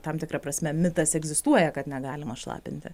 tam tikra prasme mitas egzistuoja kad negalima šlapinti